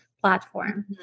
platform